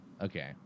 Okay